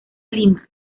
lima